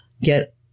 get